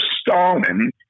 Stalin